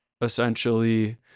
essentially